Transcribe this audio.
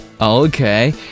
Okay